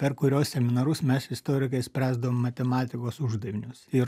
per kurio seminarus mes istorikai spręsdavom matematikos uždavinius ir